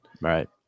Right